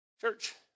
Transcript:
Church